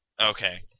Okay